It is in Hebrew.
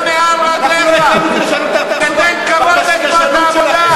של נעליך מעל רגליך ותן כבוד לתנועת העבודה,